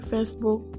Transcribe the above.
Facebook